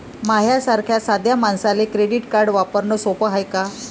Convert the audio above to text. माह्या सारख्या साध्या मानसाले क्रेडिट कार्ड वापरने सोपं हाय का?